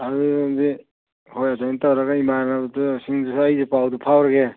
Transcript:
ꯑꯗꯨꯗꯤ ꯍꯣꯏ ꯑꯗꯨꯃꯥꯏꯅ ꯇꯧꯔꯒ ꯏꯃꯥꯟꯅꯕꯗꯨ ꯁꯤꯡꯗꯁꯨ ꯑꯩ ꯄꯥꯎꯗꯨ ꯐꯥꯎꯔꯒꯦ